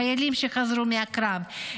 חיילים שחזרו מהקרב,